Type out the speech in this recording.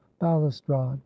balustrade